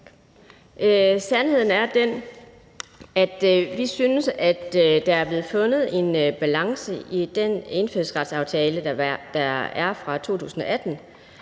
Sandheden er den, at vi synes, at der er blevet fundet en balance i den indfødsretsaftale, der blev